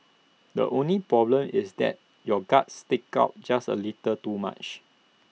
the only problem is that your gut sticks out just A little too much